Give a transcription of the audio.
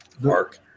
work